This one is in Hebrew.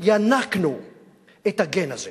ינקנו את הגן הזה